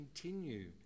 continue